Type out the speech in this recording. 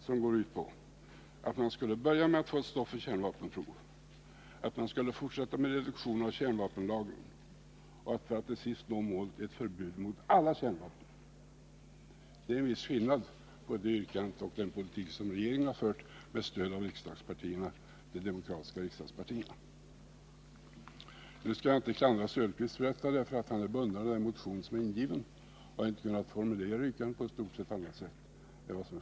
Den går ut på att man skulle börja med att försöka få ett stopp på kärnvapenproven, att man skulle fortsätta med en reduktion av kärnvapenlagren för att till sist nå målet: förbud mot alla kärnvapen. Det är en viss skillnad på Oswald Söderqvists yrkande och den politik som regeringen fört med stöd av de demokratiska riksdagspartierna. Nu skall jag inte klandra Oswald Söderqvist för detta, eftersom han är bunden av den motion som är ingiven; han har i stort sett inte kunnat formulera yrkandet annorlunda.